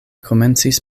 komencis